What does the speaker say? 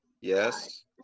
Yes